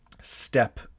step